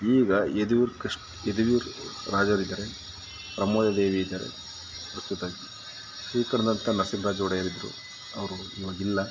ಈಗ ಯದುವೀರ್ ಕೃಷ್ಣ ಯದುವೀರ್ ರಾಜರಿದ್ದಾರೆ ಪ್ರಮೋದ ದೇವಿ ಇದ್ದಾರೆ ಪ್ರಸ್ತುತವಾಗಿ ಶ್ರೀಕಂಠದತ್ತ ನರಸಿಂಹ ರಾಜರು ಒಡೆಯರಿದ್ದರು ಅವರು ಇವಾಗಿಲ್ಲ